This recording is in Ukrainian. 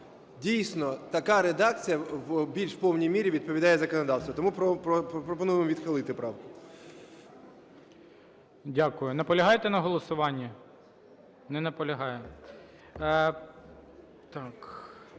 Дійсно, така редакція в більш повній мірі відповідає законодавству. Тому пропоную відхилити правку. ГОЛОВУЮЧИЙ. Дякую. Наполягаєте на голосуванні? Не наполягає.